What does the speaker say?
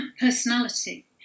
personality